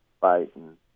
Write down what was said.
fighting